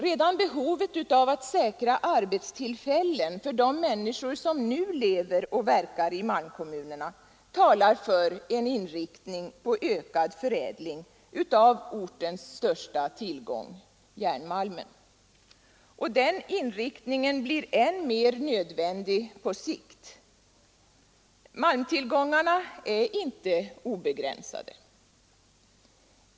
Redan behovet av att säkra arbetstillfällen för de människor som nu lever och verkar i malmkommunerna talar för en inriktning på ökad förädling av ortens största tillgång — järnmalmen. Och den inriktningen blir än mer nödvändig på sikt. Malmtillgångarna är inte obegränsade.